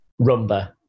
rumba